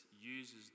uses